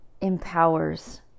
empowers